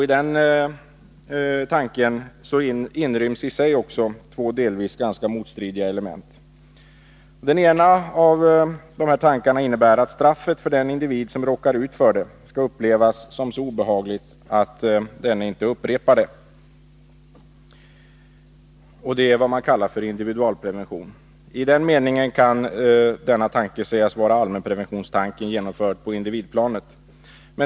I detta system inryms i sig två delvis ganska motstridiga element. Det ena av dessa element innebär att straffet för den individ som råkar ut för det skall upplevas som så obehagligt att denne inte upprepar brottet. Det är vad man kallar för individualprevention. Denna tanke kan sägas vara allmänpreventionstanken genomförd på individplanet.